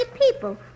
people